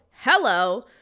hello